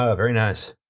ah very nice.